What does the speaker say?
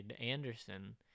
Anderson